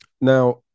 Now